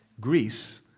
Greece